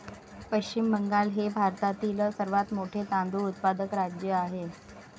पश्चिम बंगाल हे भारतातील सर्वात मोठे तांदूळ उत्पादक राज्य आहे